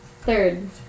Third